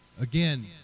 Again